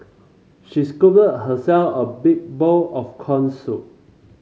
she scooped herself a big bowl of corn soup